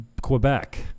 Quebec